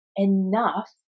enough